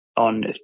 on